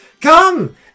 Come